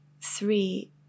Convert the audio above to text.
three